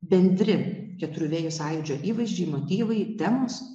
bendri keturių vėjų sąjūdžio įvaizdžiai motyvai temos